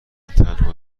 تنها